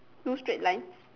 no straight line